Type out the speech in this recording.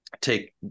take